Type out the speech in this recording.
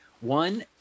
One